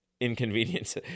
inconvenience